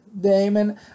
Damon